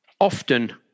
often